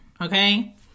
okay